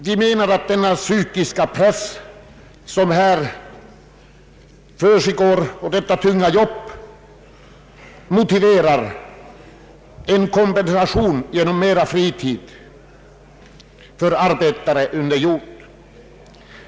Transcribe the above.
Vi menar att den psykiska press som detta tunga jobb innebär motiverar en kompensation genom ökad fritid för arbetare under jord.